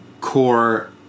core